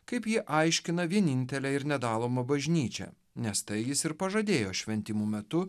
kaip ji aiškina vienintelė ir nedaloma bažnyčia nes tai jis ir pažadėjo šventimų metu